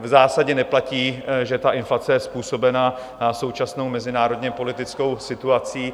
V zásadě neplatí, že inflace je způsobena současnou mezinárodněpolitickou situací.